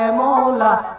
and la la